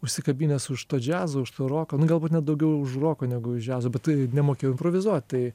užsikabinęs už to džiazo už to roko nu galbūt net daugiau už roko negu už džiazo bet tai nemokėjau improvizuot tai